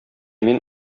мин